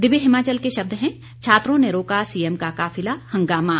दिव्य हिमाचल के शब्द हैं छात्रों ने रोका सीएम का काफिला हंगामा